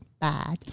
bad